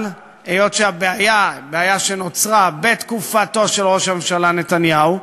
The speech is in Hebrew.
אבל היות שהבעיה היא בעיה שנוצרה בתקופתו של ראש הממשלה נתניהו,